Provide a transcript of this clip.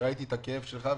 ראיתי את הכאב שלך,